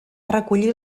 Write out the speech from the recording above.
recollir